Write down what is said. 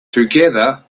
together